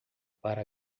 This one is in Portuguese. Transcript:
para